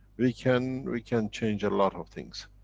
we can we can change a lot of things.